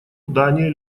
дания